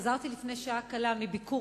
חזרתי לפני שעה קלה מביקור,